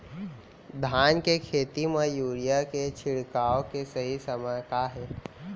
धान के खेती मा यूरिया के छिड़काओ के सही समय का हे?